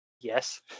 Yes